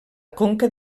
conca